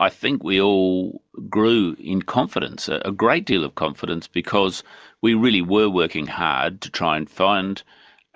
i think we all grew in confidence, ah a great deal of confidence, because we really were working hard to try and find